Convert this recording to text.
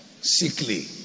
Sickly